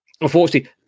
Unfortunately